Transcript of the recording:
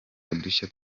udushya